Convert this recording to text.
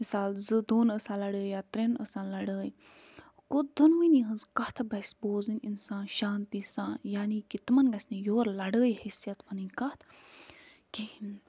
مِثال زٕ دۄن ٲسا لَڑٲے یا ترٛٮ۪ن ٲسا لَڑٲے گوٚو دۄنؤنی ہٕنٛز کَتھ بَسہِ بوزٕنۍ اِنسان شانتی سان یعنی کہِ تٕمَن گژھِ نہٕ یورٕ لَڑٲے حیثیت وَنٕنۍ کَتھ کِہیٖنۍ